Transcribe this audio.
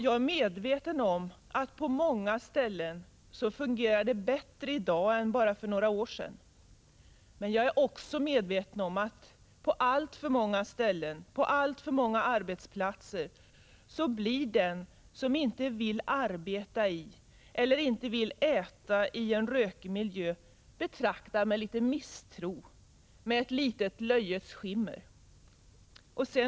Jag är medveten om att det på många ställen fungerar bättre i dag än för bara några år sedan. Men jag är också medveten om att den som inte vill arbeta i eller äta i en rökig miljö, på alltför många arbetsplatser blir betraktad med litet misstro och får något av ett löjets skimmer över sig.